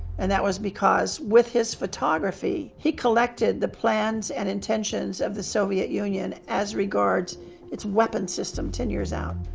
and that was because with his photography, he collected the plans and intentions of the soviet union as regards its weapon system ten years out.